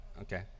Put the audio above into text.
okay